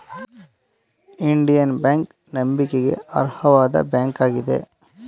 Indian bank ನಂಬಿಕೆಗೆ ಅರ್ಹವಾದ bank ಆಗಿದೆ